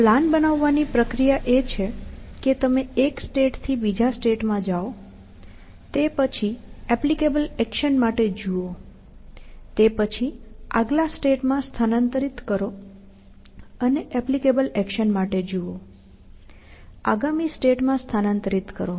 plan બનાવવાની પ્રક્રિયા એ છે કે તમે એક સ્ટેટ થી બીજા સ્ટેટમાં જાઓ અને પછી એપ્લિકેબલ એક્શન માટે જુઓ તે પછી આગલા સ્ટેટમાં સ્થાનાંતરિત કરો અને એપ્લિકેબલ એક્શન માટે જુઓ આગામી સ્ટેટમાં સ્થાનાંતરિત કરો